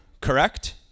correct